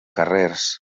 carrers